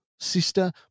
sister